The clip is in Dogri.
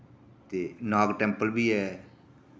ते नाग टैम्पल बी ऐ